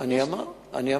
אני אמרתי.